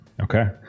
Okay